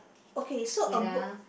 okay so uh b~